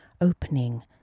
opening